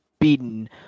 beaten